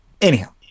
Anyhow